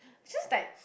it's just like